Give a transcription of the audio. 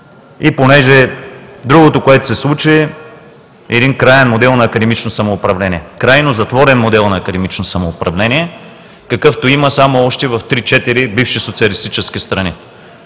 Другото, което се случи, е, един краен модел на академично самоуправление, крайно затворен модел на академично самоуправление, какъвто има само още в три-четири бивши социалистически страни.